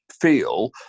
feel